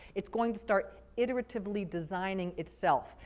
it's going to start iteratively designing itself,